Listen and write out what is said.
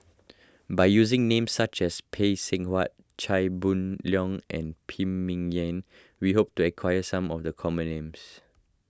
by using names such as Phay Seng Whatt Chia Boon Leong and Phan Ming Yen we hope to aquire some of the common names